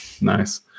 Nice